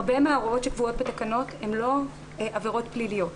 הרבה מהוראות שקבועות בתקנות הן לא עבירות פליליות.